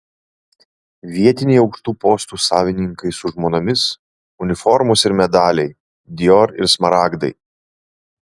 vietiniai aukštų postų savininkai su žmonomis uniformos ir medaliai dior ir smaragdai